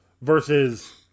Versus